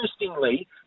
interestingly